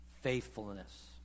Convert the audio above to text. faithfulness